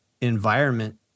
environment